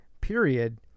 period